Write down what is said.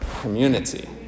community